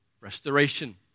restoration